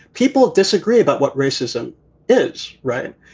people disagree about what racism is. right.